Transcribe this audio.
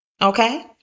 Okay